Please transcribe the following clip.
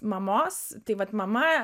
mamos tai vat mama